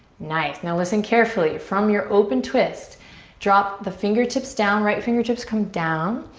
nice. now, listen carefully. from your open twist drop the fingertips down, right fingertips come down,